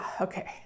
okay